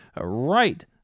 right